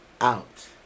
out